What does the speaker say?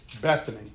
Bethany